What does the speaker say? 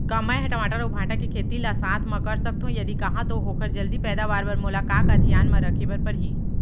का मै ह टमाटर अऊ भांटा के खेती ला साथ मा कर सकथो, यदि कहाँ तो ओखर जलदी पैदावार बर मोला का का धियान मा रखे बर परही?